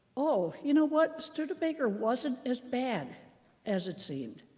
oh, you know what? studebaker wasn't as bad as it seemed.